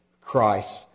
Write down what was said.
Christ